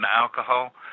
alcohol